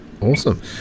Awesome